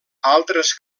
altres